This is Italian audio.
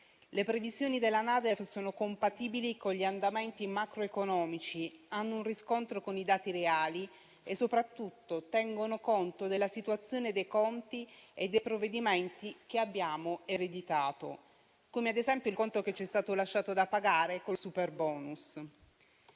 Le previsioni della NADEF sono compatibili con gli andamenti macroeconomici, hanno un riscontro con i dati reali e soprattutto tengono conto della situazione dei conti e dei provvedimenti che abbiamo ereditato, come il conto che ci è stato lasciato da pagare con il superbonus.